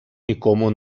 нікому